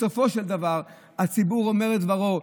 בסופו של דבר הציבור אומר את דברו.